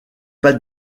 pas